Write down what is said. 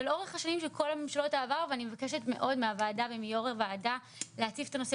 אני רוצה רגע לומר מילה לפני שאנחנו נצלול לדיון עצמו.